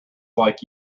like